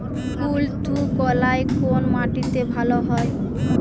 কুলত্থ কলাই কোন মাটিতে ভালো হয়?